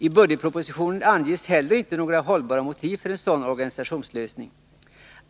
I budgetpropositionen anges heller inte några hållbara motiv för en sådan organisationslösning.